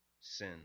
sin